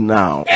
now